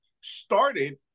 started